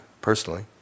personally